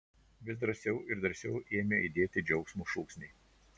vis drąsiau ir drąsiau ėmė aidėti džiaugsmo šūksniai